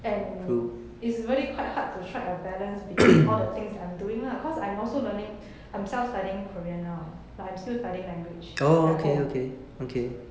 and it is really quite hard to strike a balance between all the things I'm doing lah cause I'm also learning I'm self studying korean now like I'm still studying language like at home